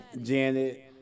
Janet